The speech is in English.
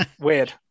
Weird